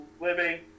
living